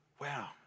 Wow